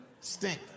stink